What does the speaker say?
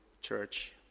Church